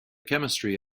chemistry